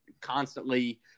constantly